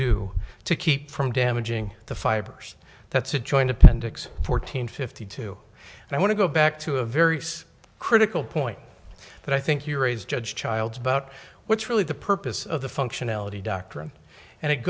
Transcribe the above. do to keep from damaging the fibers that's a joint appendix fourteen fifty two and i want to go back to a very critical point but i think you raised judge childs about what's really the purpose of the functionality doctrine and it